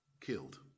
killed